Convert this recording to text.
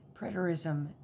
preterism